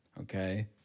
Okay